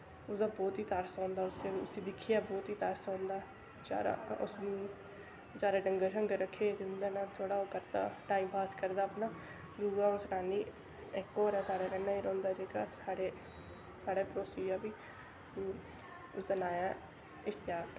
उसदा बौह्त ही तरस औंदा उस्सी दिक्खियै बौह्त ही तरस औंदा बचारा बचारै डंगर शगंर रक्खे उंदे ने ओह् करदा टाईम पास करदा अपना दूआ आं'ऊ सनानी इक होर ऐ साढ़े कन्नै गै रैंह्दा जेह्का साढ़ा पड़ोसी ऐ ओह् बी उसदा नां ऐ इश्तेअख